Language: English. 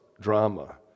drama